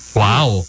wow